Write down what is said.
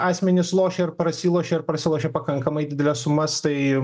asmenys lošia ir prasilošia ir prasilošia pakankamai dideles sumas tai